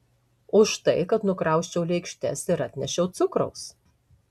už tai kad nukrausčiau lėkštes ir atnešiau cukraus